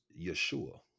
Yeshua